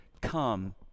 come